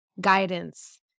guidance